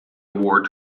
award